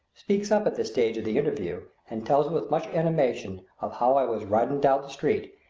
speaks up at this stage of the interview and tells with much animation of how i was riding down the street,